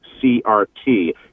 CRT